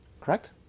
Correct